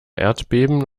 erdbeben